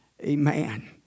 Amen